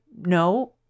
No